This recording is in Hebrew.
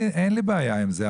אין לי בעיה עם זה,